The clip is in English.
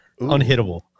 Unhittable